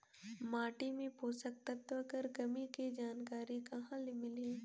माटी मे पोषक तत्व कर कमी के जानकारी कहां ले मिलही?